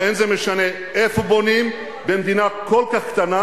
ולא משנה איפה בונים במדינה כל כך קטנה,